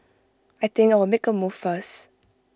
I think I'll make A move first